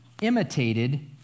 imitated